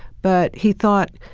but he thought,